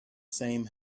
same